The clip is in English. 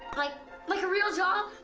like like a real job?